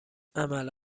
عمل